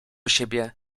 siebie